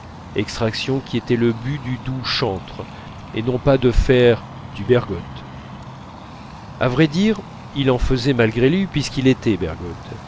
extraction qui était le but du doux chantre et non pas de faire du bergotte à vrai dire il en faisait malgré lui puisqu'il était bergotte